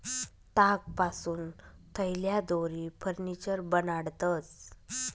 तागपासून थैल्या, दोरी, फर्निचर बनाडतंस